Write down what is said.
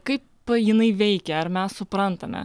kaip jinai veikia ar mes suprantame